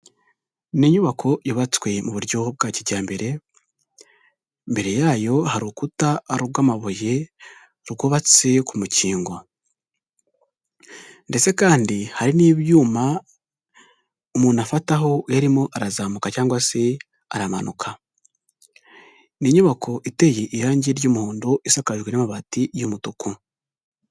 Ni inyubako yubatswe mu buryo bwa kijyambere, imbere yayo hari urukuta rw'amabuye rwubatse ku mukingo. Ndetse kandi hari n'ibyuma umuntu afataho iyo arimo arazamuka cyangwa se aramanuka, ni inyubako iteye irangi ry'umuhondo, isakajwe n'amabati y'umutuku.